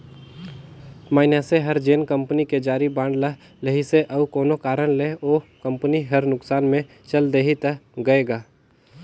मइनसे हर जेन कंपनी के जारी बांड ल लेहिसे अउ कोनो कारन ले ओ कंपनी हर नुकसान मे चल देहि त गय गा